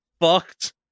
fucked